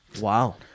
Wow